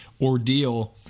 ordeal